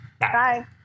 Bye